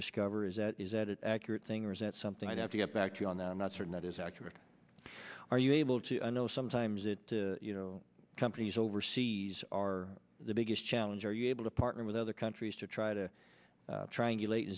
discover is that is that accurate thing or is that something i'd have to get back to you on that i'm not certain that is accurate are you able to know sometimes it you know companies overseas are the biggest challenge are you able to partner with other countries to try to tr